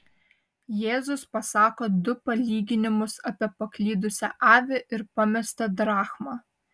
jėzus pasako du palyginimus apie paklydusią avį ir pamestą drachmą